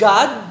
God